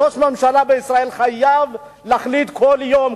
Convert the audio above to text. ראש ממשלה בישראל חייב להחליט כל יום,